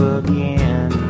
again